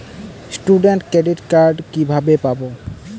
Student credit card কিভাবে পাব?